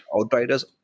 Outriders